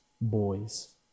boys